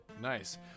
nice